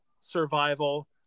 survival